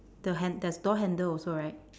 the han~ there's door handle also right